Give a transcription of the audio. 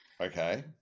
Okay